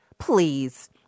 please